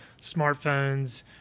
smartphones